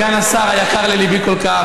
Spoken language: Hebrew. סגן השר היקר לליבי כל כך,